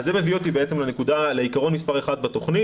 זה מביא אותי לעיקרון מספר אחד בתוכנית,